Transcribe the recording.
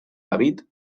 david